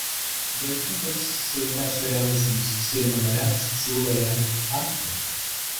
boikotą seime surengusiems seimo nariams siūlo rengti apkaltą